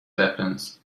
weapons